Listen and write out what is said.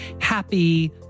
happy